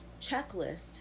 checklist